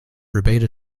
forbade